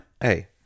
hey